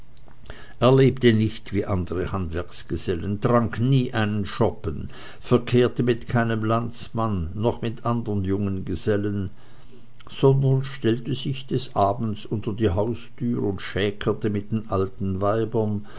er lebte nicht wie andere handwerksgesellen trank nie einen schoppen verkehrte mit keinem landsmann noch mit andern jungen gesellen sondern stellte sich des abends unter die haustüre und schäkerte mit den alten weibern